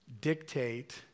dictate